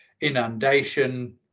inundation